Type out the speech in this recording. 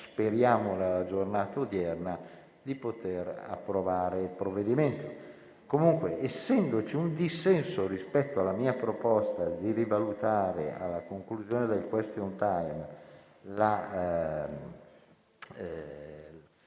speriamo nella giornata odierna - di poter approvare il provvedimento.